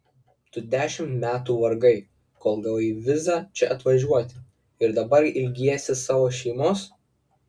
tu dešimt metų vargai kol gavai vizą čia atvažiuoti ir dabar ilgiesi savo šeimos